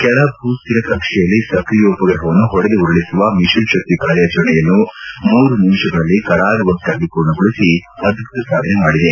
ಕೆಳ ಭೂಸ್ಲಿರ ಕಕ್ಷೆಯಲ್ಲಿ ಸಕ್ರಿಯ ಉಪಗ್ರಹವನ್ನು ಹೊಡೆದು ಉರುಳಿಸುವ ಮಿಷನ್ ಶಕ್ತಿ ಕಾರ್ಯಾಚರಣೆಯನ್ನು ಮೂರು ನಿಮಿಷಗಳಲ್ಲಿ ಕರಾರುವಕ್ಕಾಗಿ ಮೂರ್ಣಗೊಳಿಸಿ ಅದ್ದುತ ಸಾಧನೆ ಮಾಡಿದೆ